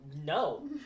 No